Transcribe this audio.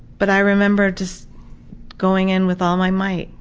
but i remember just going in with all my might.